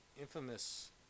infamous